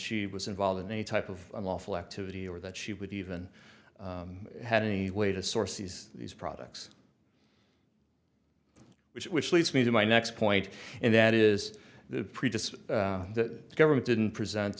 she was involved in any type of unlawful activity or that she would even had any way to source these these products which which leads me to my next point and that is just that the government didn't present